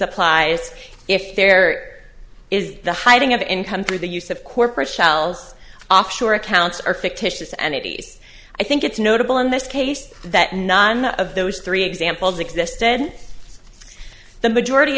applies if there is the hiding of income through the use of corporate shells offshore accounts are fictitious and eighty's i think it's notable in this case that none of those three examples exist then the majority